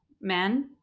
men